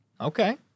Okay